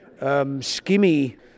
skimmy